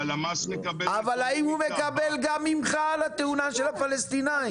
והלמ"ס מקבל --- אבל האם הוא מקבל גם ממך על התאונה של הפלסטינאים?